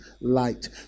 light